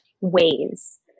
ways